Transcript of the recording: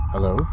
Hello